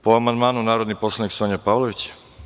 Po amandmanu, narodni poslanik Sonja Pavlović.